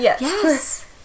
Yes